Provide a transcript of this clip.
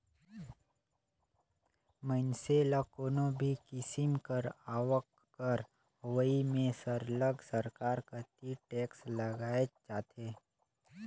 मइनसे ल कोनो भी किसिम कर आवक कर होवई में सरलग सरकार कती टेक्स लगाएच जाथे